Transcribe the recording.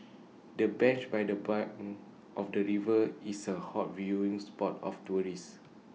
the bench by the bank of the river is A hot viewing spot for tourists